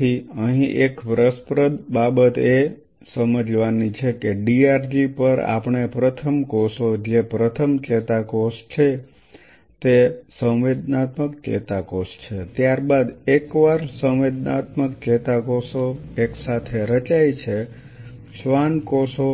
તેથી અહીં એક રસપ્રદ બાબત એ સમજવાની છે કે DRG પર આપણે પ્રથમ કોષો જે પ્રથમ ચેતાકોષ છે તે સંવેદનાત્મક ચેતાકોષ છે ત્યારબાદ એકવાર સંવેદનાત્મક ચેતાકોષો એક સાથે રચાય છે શ્વાન કોષો